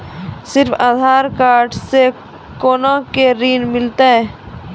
सिर्फ आधार कार्ड से कोना के ऋण मिलते यो?